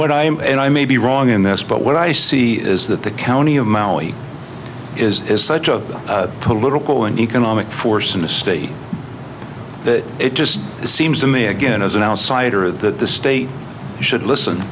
what i am and i may be wrong in this but what i see is that the county of maui is such a political and economic force in the state that it just seems to me again as an outsider that the state should listen